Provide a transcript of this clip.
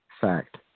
fact